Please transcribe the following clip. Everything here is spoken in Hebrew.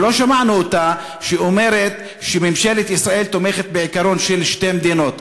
שלא שמענו אותה אומרת שממשלת ישראל תומכת בעיקרון של שתי מדינות.